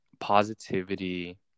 positivity